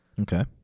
Okay